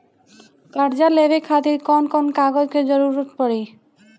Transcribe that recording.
कर्जा लेवे खातिर कौन कौन कागज के जरूरी पड़ी?